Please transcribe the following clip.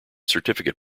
certificate